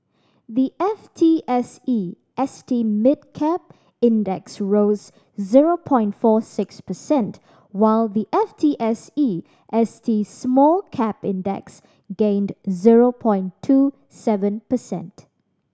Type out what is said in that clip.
the F T S E S T Mid Cap Index rose zero point four six percent while the F T S E S T Small Cap Index gained zero point two seven percent